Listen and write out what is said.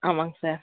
ஆமாம்ங்க சார்